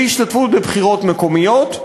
אי-השתתפות בבחירות מקומיות,